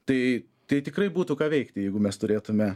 tai tai tikrai būtų ką veikti jeigu mes turėtume